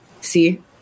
see